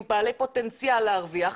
הם בעלי פוטנציאל להרוויח,